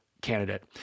Candidate